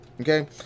Okay